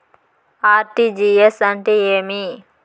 RTGS అంటే ఏమి?